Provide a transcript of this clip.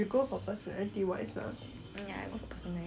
ya I go for personality wise [what]